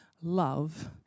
love